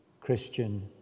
Christian